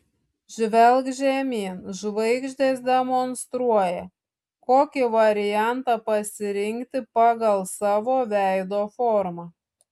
žvelk žemyn žvaigždės demonstruoja kokį variantą pasirinkti pagal savo veido formą